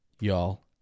y'all